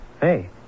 Hey